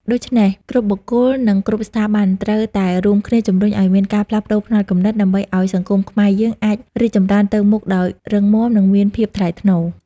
ដូច្នេះ គ្រប់បុគ្គល និងគ្រប់ស្ថាប័ន គួរតែរួមគ្នាជំរុញឲ្យមានការផ្លាស់ប្ដូរផ្នត់គំនិត ដើម្បីឲ្យសង្គមខ្មែរយើងអាចរីកចម្រើនទៅមុខដោយរឹងមាំ និងមានភាពថ្លៃថ្នូរ។